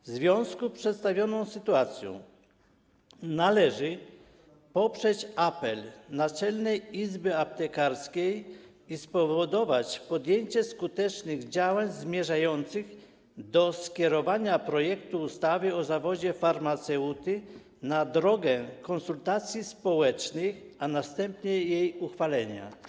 W związku z przedstawioną sytuacją należy poprzeć apel Naczelnej Izby Aptekarskiej i spowodować podjęcie skutecznych działań zmierzających do skierowania projektu ustawy o zawodzie farmaceuty do konsultacji społecznych, a następnie uchwalenia ustawy.